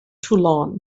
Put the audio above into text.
toulon